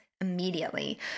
Immediately